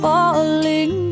Falling